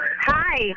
Hi